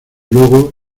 luego